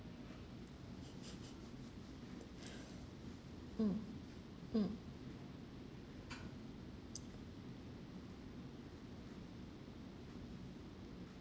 mm mm